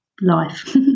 life